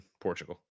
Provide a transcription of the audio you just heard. Portugal